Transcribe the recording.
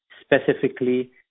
specifically